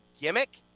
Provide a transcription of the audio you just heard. gimmick